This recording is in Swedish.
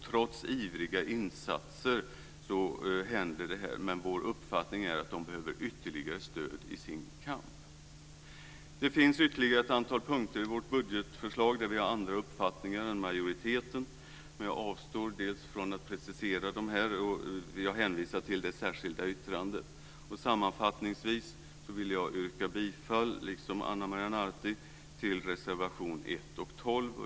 Trots ivriga insatser händer detta. Vår uppfattning är att man behöver ytterligare stöd i sin kamp. Det finns ytterligare ett antal punkter i vårt budgetförslag där vi har andra uppfattningar än majoriteten, men jag avstår från att precisera mig. Jag hänvisar till det särskilda yttrandet. Sammanfattningsvis vill jag, liksom Ana Maria Narti, yrka bifall till reservationerna 1 och 12.